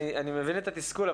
אני מבין את התסכול,